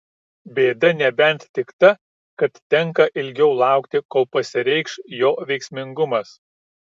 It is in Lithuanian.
bėda nebent tik ta kad tenka ilgiau laukti kol pasireikš jo veiksmingumas